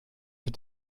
für